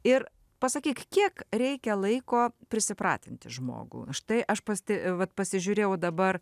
ir pasakyk kiek reikia laiko prisipratinti žmogų štai aš paste vat pasižiūrėjau dabar